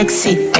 sexy